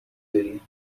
بری